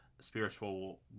spiritual